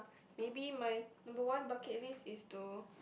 maybe my number one bucket list is to